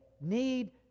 need